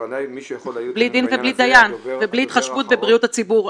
בלי דין ובלי דיין ובלי התחשבות בבריאות הציבור.